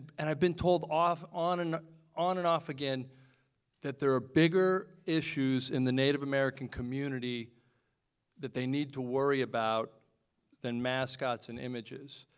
and i've been told off on on and off again that there are bigger issues in the native american community that they need to worry about than mascots and images,